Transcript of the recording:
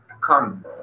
Come